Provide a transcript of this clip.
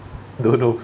don't know